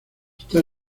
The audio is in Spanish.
está